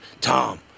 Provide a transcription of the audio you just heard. Tom